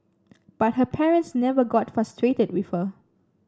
but her parents never got frustrated with her